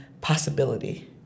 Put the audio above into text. possibility